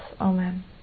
amen